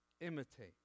imitate